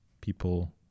people